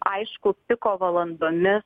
aišku piko valandomis